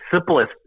simplest